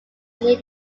near